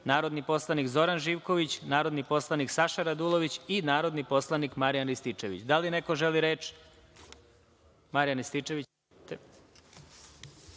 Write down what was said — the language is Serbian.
narodni poslanik Zoran Živković, narodni poslanik Saša Radulović i narodni poslanik Marijan Rističević. Da li neko želi reč? **Marijan Rističević**